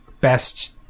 best